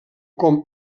com